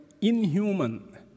inhuman